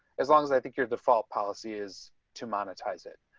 as long as i think your default policy is to monetize it.